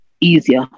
easier